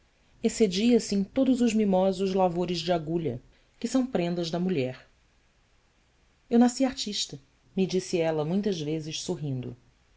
mestria excedia se em todos os mimosos lavores de agulha que são prendas da mulher eu nasci artista me disse ela muitas vezes sorrindo